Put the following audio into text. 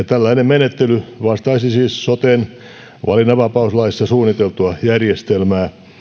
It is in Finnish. tällainen menettely vastaisi siis soten valinnanvapauslaissa suunniteltua järjestelmää